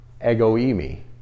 egoimi